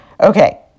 Okay